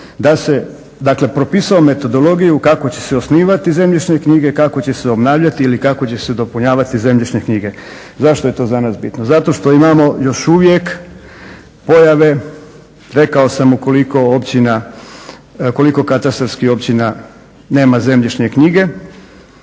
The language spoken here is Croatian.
da se dakle propisao metodologiju kako će se osnivati zemljišne knjige kako će se obnavljati ili kako će se nadopunjavati zemljišne knjige. Zašto je to za nas bitno? Zato što imamo još uvijek pojave rekao sam u koliko katastarskih općina nema zemljišne knjige.